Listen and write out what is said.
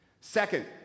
Second